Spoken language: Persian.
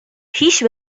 پیش